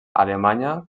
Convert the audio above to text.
alemanya